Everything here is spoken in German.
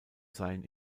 seien